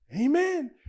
Amen